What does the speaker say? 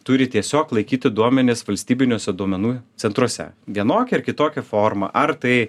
turi tiesiog laikyti duomenis valstybiniuose duomenų centruose vienokia ar kitokia forma ar tai